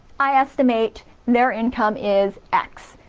i estimate their income is x.